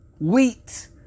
wheat